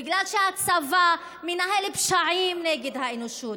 בגלל שהצבא מנהל פשעים נגד האנושות,